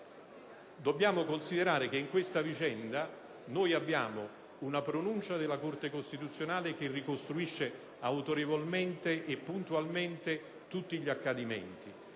Dobbiamo considerare che in questa vicenda abbiamo una pronuncia della Corte costituzionale che ricostruisce autorevolmente e puntualmente tutti gli accadimenti,